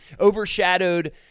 overshadowed